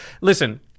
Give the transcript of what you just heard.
listen